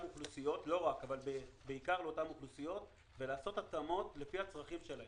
אוכלוסיות כדי לעשות התאמות לפי הצרכים שלהן.